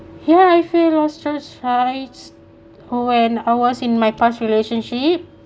yeah I feel loss of child when I was in my past relationship